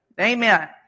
Amen